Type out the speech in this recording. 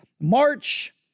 March